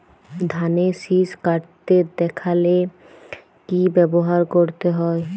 ধানের শিষ কাটতে দেখালে কি ব্যবহার করতে হয়?